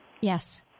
yes